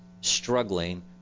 struggling